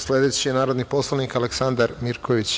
Sledeći je narodni poslanik Aleksandar Mirković.